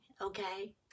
okay